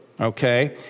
Okay